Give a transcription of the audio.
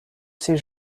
ses